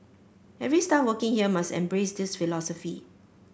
every staff working here must embrace this philosophy